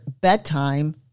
bedtime